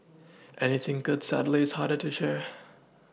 anything good sadly is harder to share